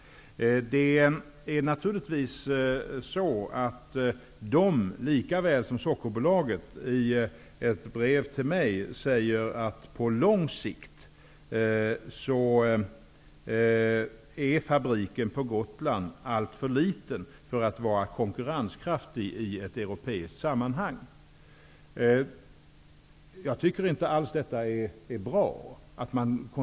I brev till mig skrev både Danisco och Sockerbolaget att på lång sikt är fabriken på Gotland alltför liten för att vara konkurrenskraftig i ett europeiskt sammanhang. Detta låter inte alls bra.